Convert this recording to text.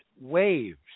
waves